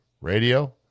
Radio